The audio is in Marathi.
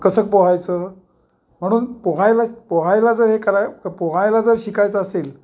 कसं पोहायचं म्हणून पोहायला पोहायला जर हे कराय पोहायला जर शिकायचं असेल